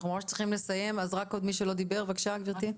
בבקשה, גברתי.